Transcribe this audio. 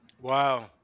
Wow